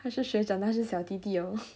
他是学长他也是小弟弟 lor